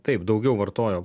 taip daugiau vartojo